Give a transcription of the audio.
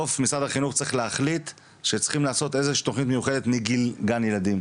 תוכנית שמתחברת יחד עם ה- זה במשרד החינוך עכשיו,